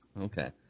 Okay